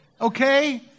Okay